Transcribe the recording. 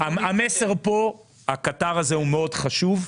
המסר פה שהקטר הזה הוא מאוד חשוב.